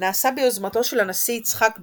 נעשה ביוזמתו של הנשיא יצחק בן-צבי,